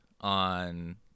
on